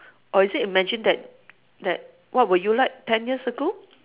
or is it imagine that that what were you like ten years ago